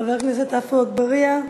חבר הכנסת עפו אגבאריה,